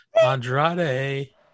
Andrade